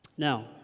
Now